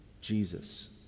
Jesus